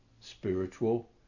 spiritual